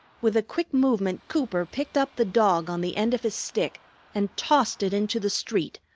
with a quick movement cooper picked up the dog on the end of his stick and tossed it into the street,